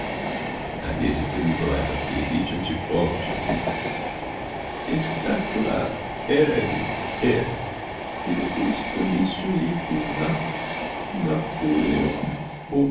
havia de ser o nikolai vassiliévitch antipov tiozinho está claro era elle era e depois tambem sonhei com na napoleão bo